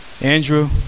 Andrew